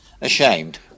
ashamed